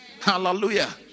hallelujah